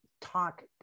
talk